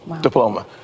diploma